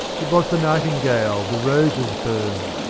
it was the nightingale, the rose's bird,